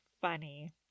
funny